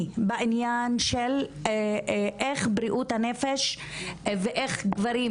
בעניין של איך בריאות הנפש ואיך גברים,